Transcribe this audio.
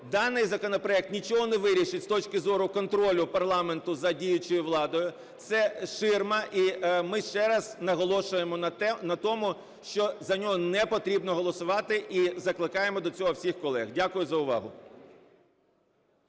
Даний законопроект нічого не вирішить з точки зору контролю парламенту за діючою владою. Це ширма. І ми ще раз наголошуємо на тому, що за нього не потрібно голосувати. І закликаємо до цього всіх колег. Дякую за увагу.